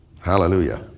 Hallelujah